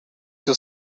your